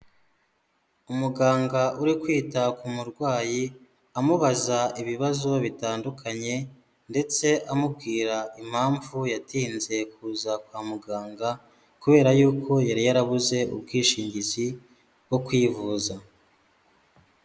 Umuganga uri kwita ku murwayi, amubaza ibibazo bitandukanye ndetse amubwira impamvu yatinze kuza kwa muganga, kubera y'uko yari yarabuze ubwishingizi bwo kwivuza.